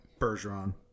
Bergeron